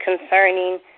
concerning